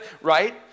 right